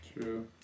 True